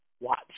watch